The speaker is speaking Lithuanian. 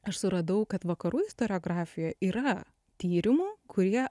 aš suradau kad vakarų istoriografijoj yra tyrimų kurie